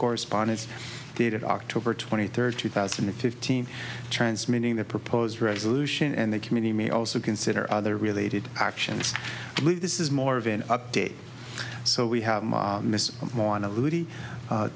correspondence dated october twenty third two thousand and fifteen transmitting the proposed resolution and the committee may also consider other related actions this is more of an update so we have